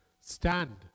stand